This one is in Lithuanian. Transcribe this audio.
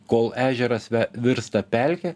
kol ežeras ve virsta pelke